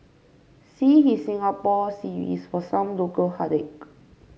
see his Singapore series for some local heartache